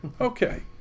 Okay